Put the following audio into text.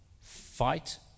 Fight